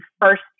first